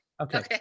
Okay